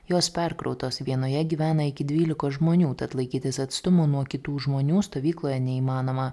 jos perkrautos vienoje gyvena iki dvylikos žmonių tad laikytis atstumo nuo kitų žmonių stovykloje neįmanoma